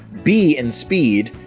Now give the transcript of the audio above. b in speed,